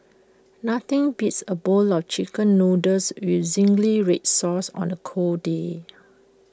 nothing beats A bowl of Chicken Noodles with Zingy Red Sauce on A cold day